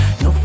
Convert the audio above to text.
no